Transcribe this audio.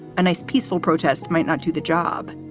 a nice peaceful protest might not do the job.